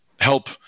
help